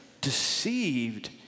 deceived